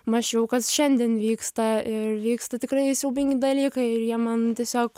mąsčiau kas šiandien vyksta ir vyksta tikrai siaubingi dalykai ir jie man tiesiog